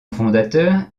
fondateur